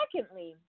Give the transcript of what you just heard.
Secondly